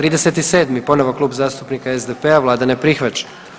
37. ponovo Klub zastupnika SDP-a, Vlada ne prihvaća.